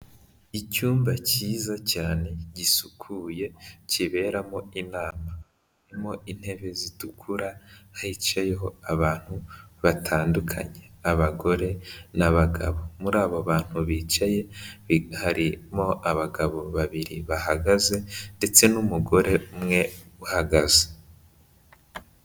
Icyumba cyiza cyane gisukuye kiberamo inama harimo intebe zitukura hicayeho abantu batandukanye, abagore n'abagabo, muri abo bantu bicaye, harimo abagabo babiri bahagaze ndetse n'umugore umwe uhagaze.